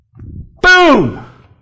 Boom